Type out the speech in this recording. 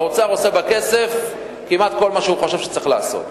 האוצר עושה בכסף כמעט כל מה שהוא חושב שצריך לעשות.